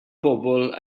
bobl